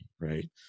right